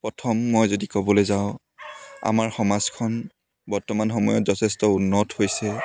প্ৰথম মই যদি ক'বলৈ যাওঁ আমাৰ সমাজখন বৰ্তমান সময়ত যথেষ্ট উন্নত হৈছে